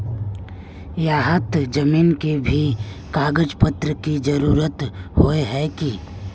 यहात जमीन के भी कागज पत्र की जरूरत होय है की?